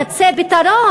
קצה פתרון?